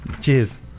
Cheers